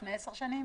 לפני 10 שנים?